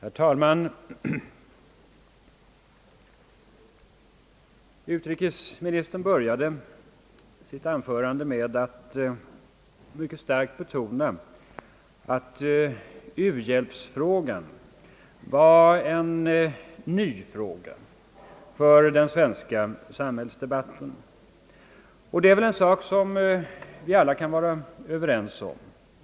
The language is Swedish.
Herr talman! Utrikesministern inledde sitt anförande med att mycket starkt betona, att u-hjälpsfrågan är ett nytt spörsmål för den svenska samhällsdebatten. Det är något som vi alla kan vara överens om.